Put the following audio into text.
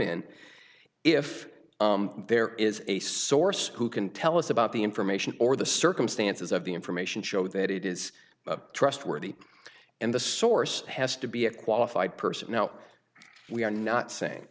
in if there is a source who can tell us about the information or the circumstances of the information show that it is trustworthy and the source has to be a qualified person now we are not saying